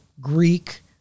Greek